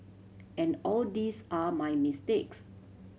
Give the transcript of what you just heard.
and all these are my mistakes